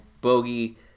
Bogey